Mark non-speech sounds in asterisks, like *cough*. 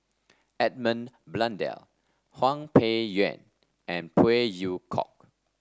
Edmund Blundell Hwang *noise* Peng Yuan and *noise* Phey Yew Kok